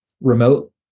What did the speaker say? remote